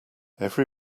every